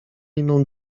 inną